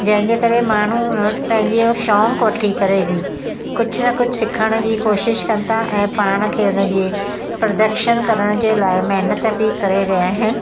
जंहिंजे करे माण्हू तंहिंजो जो शौक़ु वठी करे बि कुझु न कुझु सिखण जी कोशिश कनि था ऐं पाण खे हुनजे प्रदर्शन करण जे लाइ महिनत बि करे रहिया आहिनि